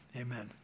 amen